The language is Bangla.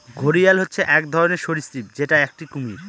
ঘড়িয়াল হচ্ছে এক ধরনের সরীসৃপ যেটা একটি কুমির